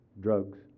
drugs